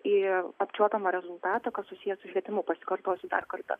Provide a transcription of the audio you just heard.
į apčiuopiamą rezultatą kas susiję su švietimu pasikartosiu dar kartą